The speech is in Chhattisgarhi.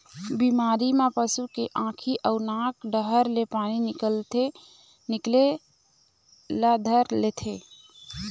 बिमारी म पशु के आँखी अउ नाक डहर ले पानी निकले ल धर लेथे